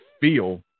feel